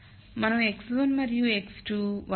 మనం x1 మరియు x2 1